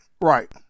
right